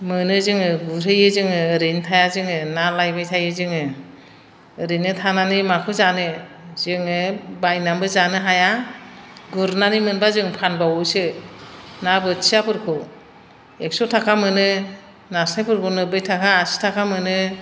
मोनो जोङो गुरहैयो जोङो ओरैनो थाया जोङो ना लायबाय थायो जोङो ओरैनो थानानै माखौ जानो जोङो बायनानैबो जानो हाया गुरनानै मोनब्ला जों फानबावोसो ना बोथियाफोरखौ एकस' थाखा मोनो नास्रायफोरखौ नोब्बै थाखा आसि थाखा मोनो